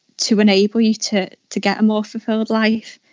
to enable you to to get a more fulfilled life.